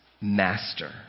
master